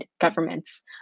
governments